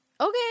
Okay